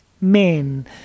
men